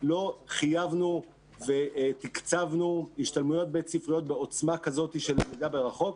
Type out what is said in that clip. לא חייבנו ותקצבנו השתלמויות בית-ספריות בעוצמה כזאת של למידה מרחוק.